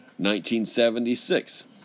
1976